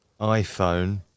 iPhone